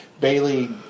Bailey